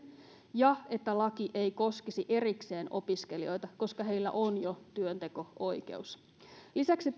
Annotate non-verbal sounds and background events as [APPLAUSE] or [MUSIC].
ja että laki ei koskisi erikseen opiskelijoita koska heillä on jo työnteko oikeus lisäksi [UNINTELLIGIBLE]